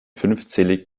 fünfzählig